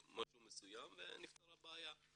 משהו מסוים ונפתרה הבעיה.